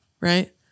Right